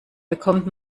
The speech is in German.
bekommt